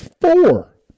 four